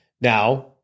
Now